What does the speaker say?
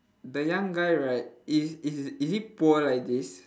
the young guy right is is he is he poor like this